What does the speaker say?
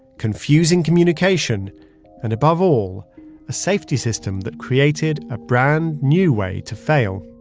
confusing communication and above all a safety system that created a brand new way to fail.